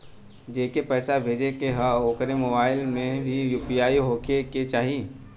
जेके पैसा भेजे के ह ओकरे मोबाइल मे भी यू.पी.आई होखे के चाही?